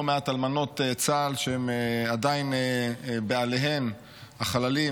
לא מעט אלמנות צה"ל שבעליהן החללים